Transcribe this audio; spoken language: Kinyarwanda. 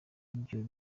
ibyo